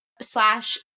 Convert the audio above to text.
Slash